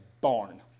barn